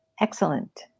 Excellent